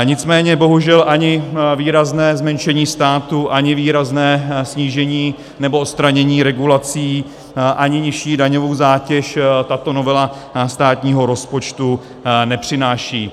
Nicméně bohužel ani výrazné zmenšení státu, ani výrazné snížení nebo odstranění regulací, ani nižší daňovou zátěž tato novela státního rozpočtu nepřináší.